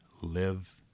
live